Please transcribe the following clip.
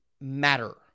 matter